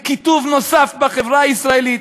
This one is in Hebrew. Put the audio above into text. לקיטוב נוסף בחברה הישראלית.